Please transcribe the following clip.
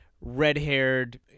red-haired